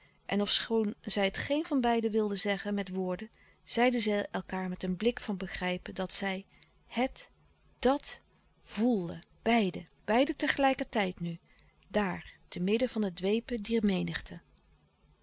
en ofschoon zij het geen van beiden wilden zeggen met woorden zeiden zij elkaâr met een blik van begrijpen dat zij hèt dàt voelden beiden beiden tegelijkertijd nu daar te midden van het dwepen dier menigte